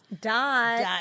Dot